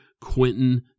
Quentin